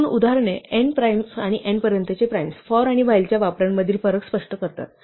ही दोन उदाहरणे n primes आणि n पर्यंतचे प्राइम्स for आणि while च्या वापरांमधील फरक स्पष्ट करतात